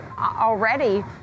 already